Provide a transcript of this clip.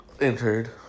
entered